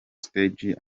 stage